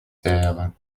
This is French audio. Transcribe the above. serres